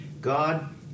God